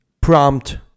prompt